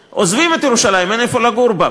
עוזבים את ירושלים, אין איפה לגור בה.